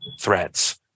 threats